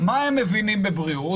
מה הם מבינים בבריאות?